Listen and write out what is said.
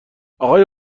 اقای